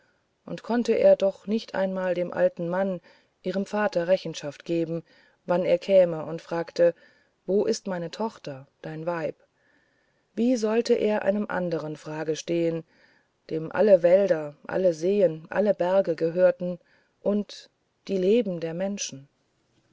und konnte er doch nicht einmal dem alten mann ihrem vater rechenschaft geben wann er käme und fragte wo ist meine tochter dein weib wie wollte er einem andern frage stehen dem alle wälder alle seen alle berge gehören und die leben der menschen